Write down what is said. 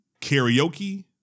karaoke